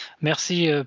Merci